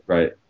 Right